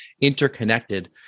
interconnected